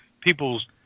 people's